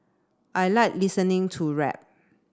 I like listening to rap